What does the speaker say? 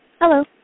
hello